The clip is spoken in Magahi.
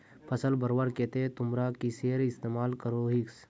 फसल बढ़वार केते तुमरा किसेर इस्तेमाल करोहिस?